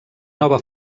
nova